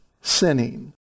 sinning